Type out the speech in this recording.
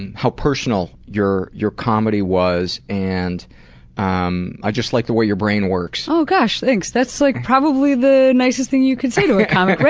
and how personal your your comedy was and um i just like the way your brain works. oh gosh, thanks! that's like probably the nicest thing you can say to a comic,